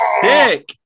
sick